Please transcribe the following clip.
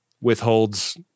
withholds